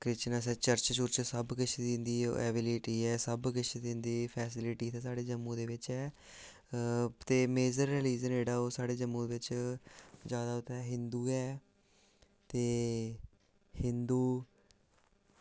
Christian आस्तै church church सब कुछ दिंदी ऐ फेस्लिटी ऐ सब किश दिंदी फेस्लिटी साढ़े जम्मू दे बिच्च ऐ ते मेजर रलीज़न जेह्ड़ा ओह् साढ़े जम्मू बिच्च जादै इत्थै हिंदु ऐ ते हिंदु